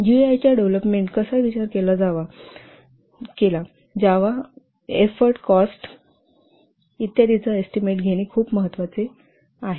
GUI च्या development कसा विचार केला जावा एफोर्ट कॉस्ट इत्यादिचा एस्टीमेट घेणे खूप महत्वाचे आहे